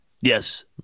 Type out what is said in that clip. Yes